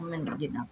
ਮੈਨੂੰ ਜਿੰਨਾ ਕੁ ਪਤਾ